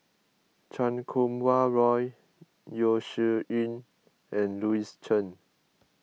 Chan Kum Wah Roy Yeo Shih Yun and Louis Chen